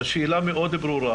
השאלה מאוד ברורה